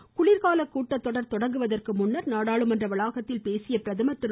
முன்னதாக குளிர்கால கூட்டத்தொடர் கொடங்குவதற்கு முன் நாடாளுமன்ற வளாகத்தில் பேசிய பிரதமர் திரு